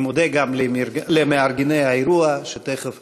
אני מודה גם למארגני האירוע שתכף